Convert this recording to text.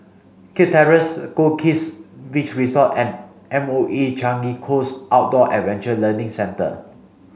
Kirk Terrace Goldkist Beach Resort and M O E Changi Coast Outdoor Adventure Learning Centre